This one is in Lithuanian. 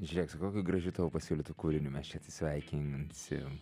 žiūrėk su kokiu gražiu tavo pasiūlytu kūriniu mes čia atsisveikinsim